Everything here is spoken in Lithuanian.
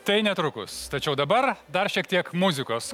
tai netrukus tačiau dabar dar šiek tiek muzikos